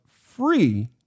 free